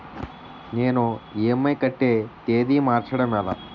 నేను ఇ.ఎం.ఐ కట్టే తేదీ మార్చడం ఎలా?